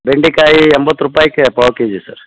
ಬೆಂಡೆಕಾಯಿ ಎಂಬತ್ತು ರುಪಾಯ್ಗೆ ಪಾವು ಕೆಜಿ ಸರ್